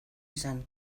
izan